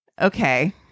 okay